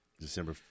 December